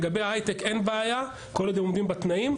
לגבי ההייטק אין בעיה כל עוד הם עומדים בתנאים,